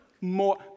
more